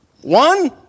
One